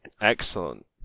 Excellent